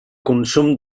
consum